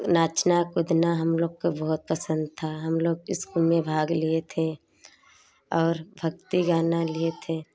नाचना कूदना हम लोग को बहुत पसंद था हम लोग स्कूल में भाग लिए थे और भक्ति गाना लिए थे